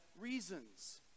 reasons